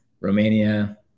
Romania